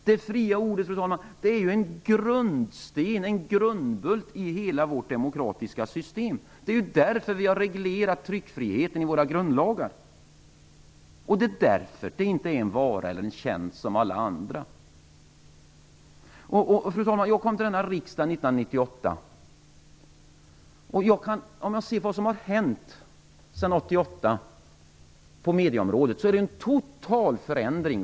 Det fria ordet är ju grundbulten för hela vårt demokratiska system. Det är ju därför som vi har tryckfriheten reglerad i våra grundlagar, och det är därför som det fria ordet inte är en vara eller tjänst vilken som helst. Jag kom in i riksdagen 1988. På medieområdet har det sedan dess blivit en total förändring.